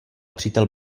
přítel